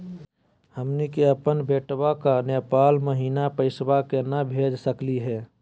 हमनी के अपन बेटवा क नेपाल महिना पैसवा केना भेज सकली हे?